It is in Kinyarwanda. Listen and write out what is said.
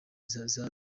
zatwawe